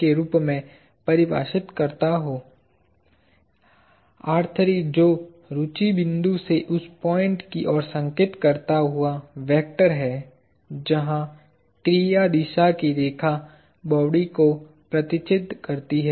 के रूप में परिभाषित कर सकता हूं r3 जो रूचि बिंदु से उस पॉइंट की ओर संकेत करता हुआ वेक्टर है जहां क्रिया दिशा की रेखा बॉडी को प्रतिच्छेद करती हैं